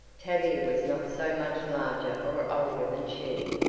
tavia was not so much larger or older than she,